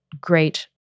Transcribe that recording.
great